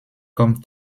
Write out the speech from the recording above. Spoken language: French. comme